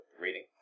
reading